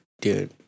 Dude